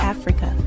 Africa